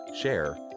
share